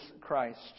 Christ